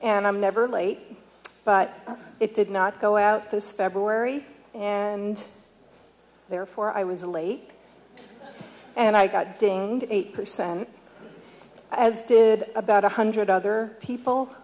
and i'm never late but it did not go out this february and therefore i was late and i got doing eight percent as did about one hundred other people